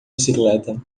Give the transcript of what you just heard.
bicicleta